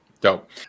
Dope